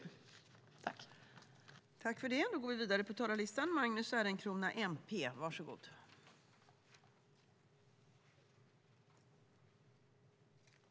I detta anförande instämde Ann Arleklo, Lennart Axelsson, Christer Engelhardt och Gunnar Sandberg .